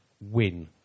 Win